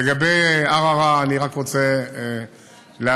לגבי ערערה, אני רק רוצה להבין: